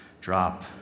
drop